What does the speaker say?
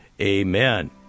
Amen